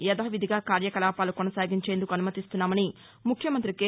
యథావిధిగా కార్యకలాపాలు కొనసాగించేందుకు అనుమతిస్తున్నామని ముఖ్యమంతి కె